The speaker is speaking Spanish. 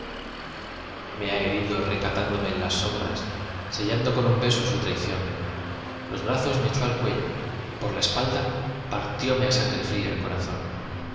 ha herido recatándose en las sombras sellando con un beso su traición los brazos me echó al cuello y por la espalda partióme á sangre fría el corazón